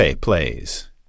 plays